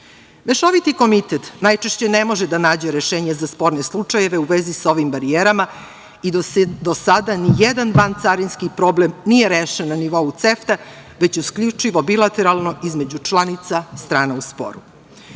CEFTE.Mešoviti komitet najčešće ne može da nađe rešenje za sporne slučajeve u vezi sa ovim barijerama i do sada ni jedan vancarinski problem nije rešen na nivou CEFTE, već isključivo bilateralno, između članica strana u sporu. Još